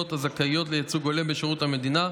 הזכאיות לייצוג הולם בשירות המדינה,